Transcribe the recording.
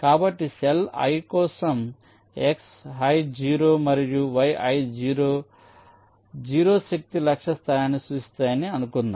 కాబట్టి cell i కోసం xi0 మరియు yi0 0 శక్తి లక్ష్య స్థానాన్ని సూచిస్తాయని అనుకుందాం